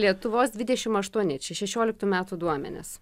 lietuvos dvidešimt aštuoni čia šešioliktų metų duomenys